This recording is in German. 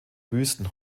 wüsten